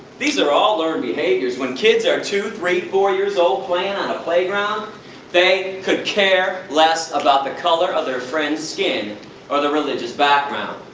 these are all learned behaviours! when kids are two, three, four years old, playing on a playground they couldn't care less about the color of their friends' skin or their religious background.